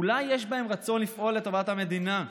אולי יש בהם רצון לפעול לטובת המדינה,